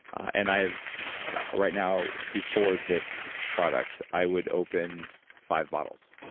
and i've right now before this product, i would open five bottles.